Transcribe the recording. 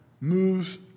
moves